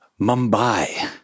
Mumbai